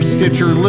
Stitcher